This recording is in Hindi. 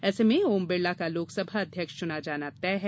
ऐसे में बिड़ला का लोकसभा अध्यक्ष चुना जाना तय है